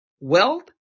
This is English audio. wealth